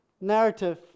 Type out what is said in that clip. narrative